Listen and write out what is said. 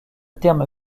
terme